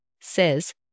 says